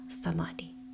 samadhi